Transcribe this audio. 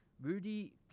Rudy